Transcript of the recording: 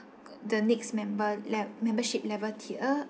the next member lev~ membership level tier